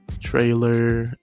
trailer